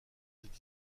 cette